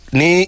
ni